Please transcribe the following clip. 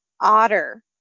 otter